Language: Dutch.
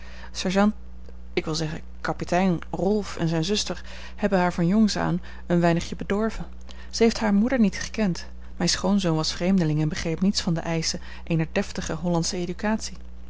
ik wil zeggen kapitein rolf en zijne zuster hebben haar van jongs aan een weinigje bedorven zij heeft hare moeder niet gekend mijn schoonzoon was vreemdeling en begreep niets van de eischen eener deftige hollandsche éducatie